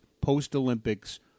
post-Olympics